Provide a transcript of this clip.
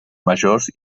majors